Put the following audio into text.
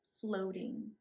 floating